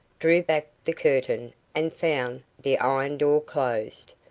drew back the curtain, and found the iron door closed.